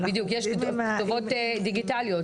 בדיוק, שי כתובות דיגיטליות.